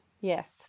yes